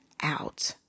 out